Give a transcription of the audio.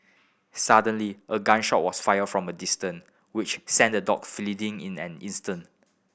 suddenly a gun shot was fired from a distance which sent the dogs fleeing in an instant